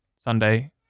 Sunday